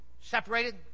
separated